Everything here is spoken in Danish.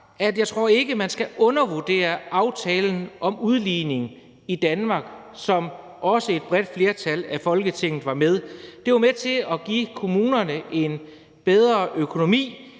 – ikke at undervurdere aftalen om udligning i Danmark, som også et bredt flertal i Folketinget var med i. Det var med til at give kommunerne en bedre økonomi,